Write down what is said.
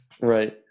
Right